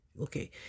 okay